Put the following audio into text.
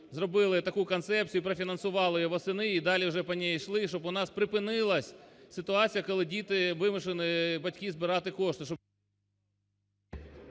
зробили таку концепцію і профінансували восени і далі вже по ній йшли, щоб у нас припинилась ситуація, коли діти, вимушені батьки збирати кошти,